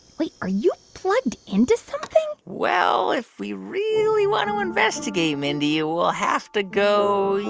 wait. are you plugged into something? well, if we really want to investigate, mindy, we'll have to go,